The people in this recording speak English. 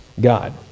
God